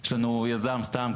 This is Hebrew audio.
יש לנו יזם סתם,